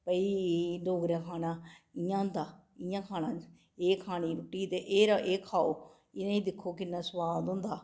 भाई डोगरें दा खाना इ'यां होंदा इ'यां खाना एह् खानी रुट्टी ते एह् खाओ इ'नें गी दिक्खो किन्ना सुआद होंदा